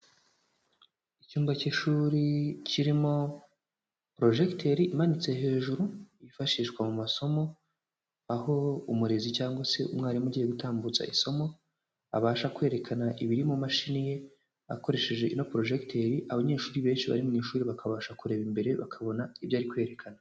Icyumba cy'ishuri kirimo porojegiter imanitse hejuru yifashishwa mu masomo, aho umurezi cyangwa se umwarimu ugiye gutambutsa isomo abasha kwerekana ibiri mu mashini ye akoresheje ino porojegiteri abanyeshuri benshi bari mu ishuri bakabasha kureba imbere bakabona ibyo ari kwerekana.